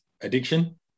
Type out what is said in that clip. addiction